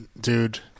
dude